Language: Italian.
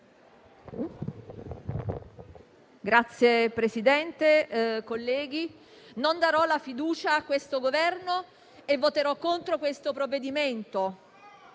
Signor Presidente, colleghi, non darò la fiducia a questo Governo e voterò contro questo provvedimento.